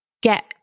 get